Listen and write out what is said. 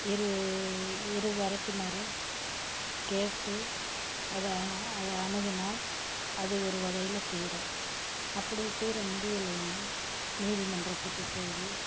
இரு இருதரப்பினரும் கேட்டு அதை அதை அணுகினால் அது ஒரு வகையில் தீரும் அப்படி தீர முடியலையினா நீதி மன்றத்துக்கு போய்